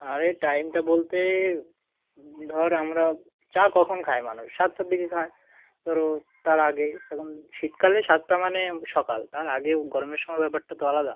আরে টাইমটা বলতে ধর আমরা চা কখন খায় মানুষ সাতটার দিকে খায় ধরো তার আগে এখন শীতকালে সাতটা মানে সকাল তার আগে ও গরমের সময় ব্যাপারটা তো আলাদা